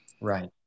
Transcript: Right